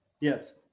Yes